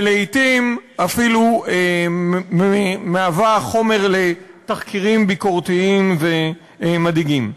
ולעתים אפילו מהווה חומר לתחקירים ביקורתיים ומדאיגים.